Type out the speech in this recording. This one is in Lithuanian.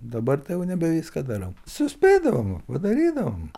dabar tai jau nebe viską darau suspėdavom padarydavom